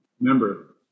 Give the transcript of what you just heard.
member